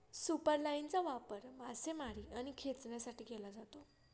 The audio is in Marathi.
सुपरलाइनचा वापर मासेमारी आणि खेचण्यासाठी केला जातो